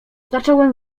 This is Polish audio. zacząłem